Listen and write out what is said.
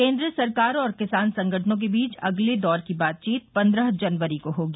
केन्द्र सरकार और किसान संगठनों के बीच अगले दौर की बातचीत पन्द्रह जनवरी को होगी